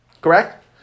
correct